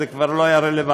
כשזה כבר לא היה רלוונטי.